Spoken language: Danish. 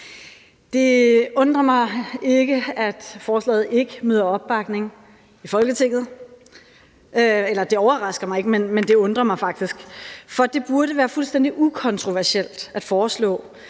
Det overrasker mig ikke, at forslaget ikke møder opbakning i Folketinget, men det undrer mig faktisk, for det burde være fuldstændig ukontroversielt at foreslå,